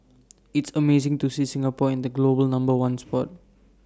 it's amazing to see Singapore in the global number one spot